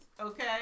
Okay